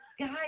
guys